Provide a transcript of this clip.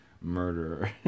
murderer